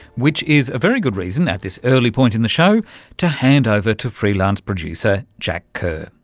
which is a very good reason at this early point in the show to hand over to freelance producer jack kerr,